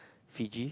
Fiji